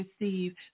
receive